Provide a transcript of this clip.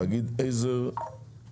תאגיד עזר או